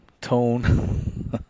tone